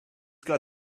got